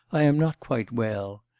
i am not quite well.